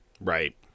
Right